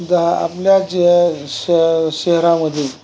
the आपल्या ज श शहरामध्ये